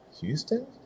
Houston